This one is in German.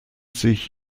sich